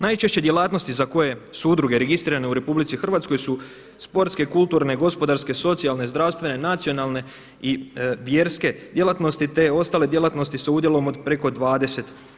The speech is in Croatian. Najčešće djelatnosti za koje su udruge registrirane u RH su sportske, kulturne, gospodarske, socijalne, zdravstvene, nacionalne i vjerske djelatnosti, te ostale djelatnosti sa udjelom od preko 20%